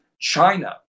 China